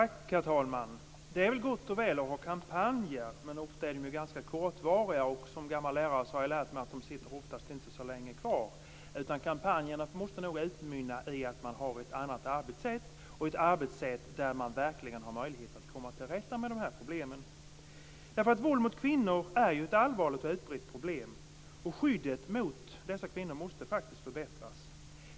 Herr talman! Det är gott och väl att man har kampanjer. Men de är ofta ganska kortvariga, och som gammal lärare har jag lärt mig att de inte sitter i så länge. Kampanjerna måste nog utmynna i att det blir ett annat arbetssätt som gör att man verkligen har möjlighet att komma till rätta med de här problemen. Våld mot kvinnor är ett allvarligt och utbrett problem. Skyddet för dessa kvinnor måste faktiskt förbättras.